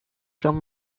gone